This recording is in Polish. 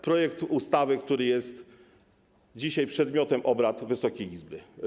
projekt ustawy, który jest dzisiaj przedmiotem obrad Wysokiej Izby.